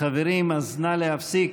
חברים, אז נא להפסיק.